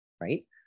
Right